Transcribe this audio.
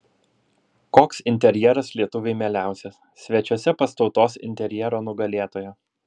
koks interjeras lietuviui mieliausias svečiuose pas tautos interjero nugalėtoją